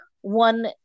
one